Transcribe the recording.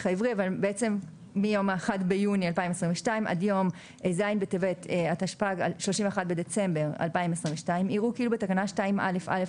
העברי) עד יום ז' בטבת התשפ"ג (31 בדצמבר 2022) יראו כאילו בתקנה 2א(א)